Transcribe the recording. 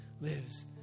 lives